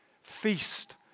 Feast